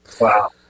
Wow